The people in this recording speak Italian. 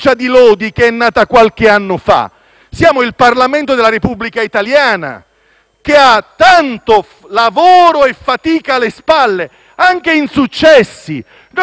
che ha tanto lavoro e fatica alle spalle e anche insuccessi. Ci dovremmo nutrire degli insuccessi del lavoro precedente.